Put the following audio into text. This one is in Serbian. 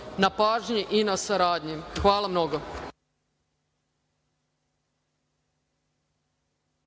na pažnji i na saradnji. Hvala mnogo.